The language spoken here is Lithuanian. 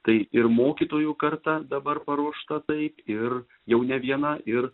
tai ir mokytojų karta dabar paruošta taip ir jau ne viena ir